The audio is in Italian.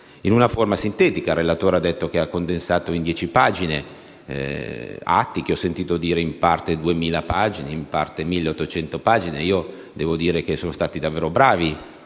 in una forma sintetica: il relatore ha detto che ha condensato in dieci pagine atti che ho sentito dire essere composti da 1.800 o 2.000 pagine. Devo dire che sono stati davvero bravi